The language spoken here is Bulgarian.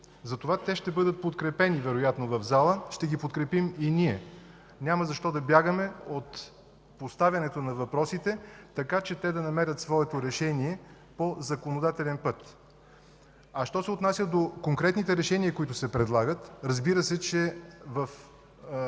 въпроси. Те ще бъдат подкрепени вероятно в залата, ще ги подкрепим и ние. Няма защо да бягаме от поставянето на въпросите, така че те да намерят своето решение по законодателен път. Що се отнася до конкретните решения, които се предлагат, разбира се, на второ